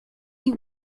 you